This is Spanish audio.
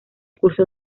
cursó